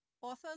Authors